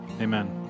Amen